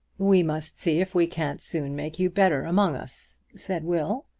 we must see if we can't soon make you better among us, said will.